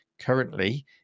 Currently